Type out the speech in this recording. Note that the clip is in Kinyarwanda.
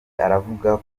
aravuga